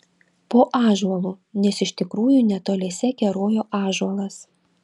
po ąžuolu nes iš tikrųjų netoliese kerojo ąžuolas